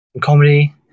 Comedy